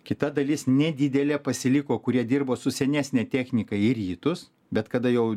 kita dalis nedidelė pasiliko kurie dirbo su senesne technika į rytus bet kada jau